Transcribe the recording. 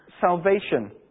salvation